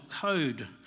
code